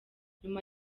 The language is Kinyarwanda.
nyuma